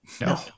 No